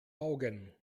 augen